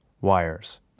wires